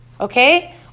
okay